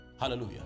Hallelujah